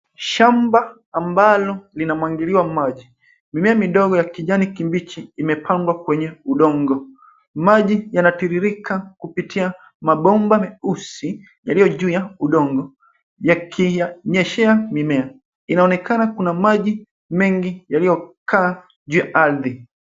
Shamba ambalo linamwangiliwa maji. Mimea midogo ya kijani kibichi imepandwa kwenye udongo. Maji yanatiririka kupitia kwa mabomba meusi yaliyo juu ya udongo yakiyanyeshea mimea. Inaonekana kuna maji mengi yaliyokaa juu ya ardhi.